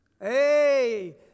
Hey